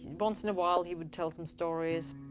and but once in a while he would tell some stories.